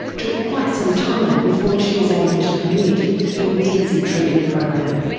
took quite some time before she was able to commit to an intensive treatment program.